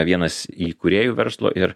vienas įkūrėjų verslo ir